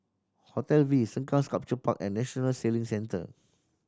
Hotel V Sengkang Sculpture Park and National Sailing Centre